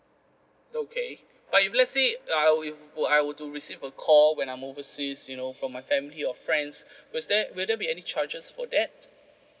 okay but if let's say I if I were to receive a call when I'm overseas you know from my family of friends will there will there be any charges for that